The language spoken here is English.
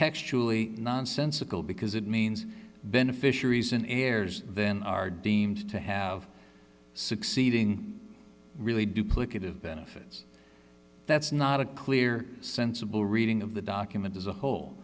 textually nonsensical because it means beneficiaries and heirs then are deemed to have succeeding really duplicative benefits that's not a clear sensible reading of the document as a whole